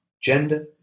gender